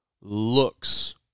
looks